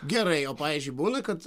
gerai o pavyzdžiui būna kad